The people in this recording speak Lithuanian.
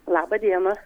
labą dieną